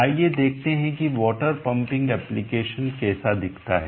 आइए देखते हैं कि वाटर पम्पिंग एप्लीकेशन कैसा दिखता है